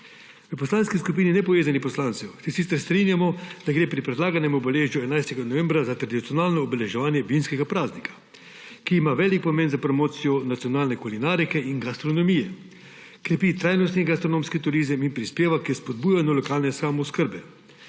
V Poslanski skupini nepovezanih poslancev se sicer strinjamo, da gre pri predlaganem obeležju 11. novembra za tradicionalno obeleževanje vinskega praznika, ki ima velik pomen za promocijo nacionalne kulinarike in gastronomije, krepi trajnostni gastronomski turizem in prispeva k spodbujanju lokalne samooskrbe,